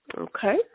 Okay